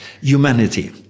humanity